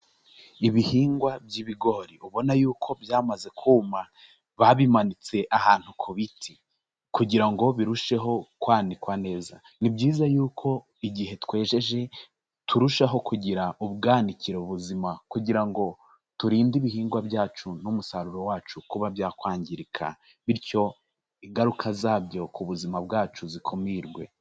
Ibihingwa by'ibigori ubona y'uko byamaze kuma babimanitse ahantu ku biti kugira ngo birusheho kwanikwa neza, ni byiza y'uko igihe twejeje turushaho kugira ubwanikiro buzima kugira ngo turinde ibihingwa byacu n'umusaruro wacu kuba byakwangirika, bityo ingaruka zabyo ku buzima bwacu zikumirwe.